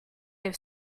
have